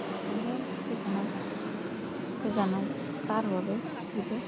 बेखायनो गोजानाव गोजानाव गारहरो सिबो